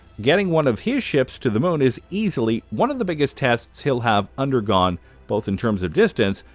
getting one of his ships to the moon is easily one of the biggest tests he'll have undergone both in terms of distance,